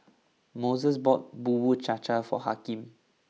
Mose bought Bubur Cha Cha for Hakeem